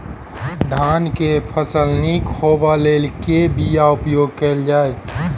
धान केँ फसल निक होब लेल केँ बीया उपयोग कैल जाय?